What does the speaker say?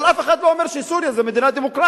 אבל אף אחד לא אומר שסוריה זו מדינה דמוקרטית.